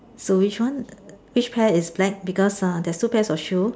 so which one which pair is black because uh there's two pairs of shoe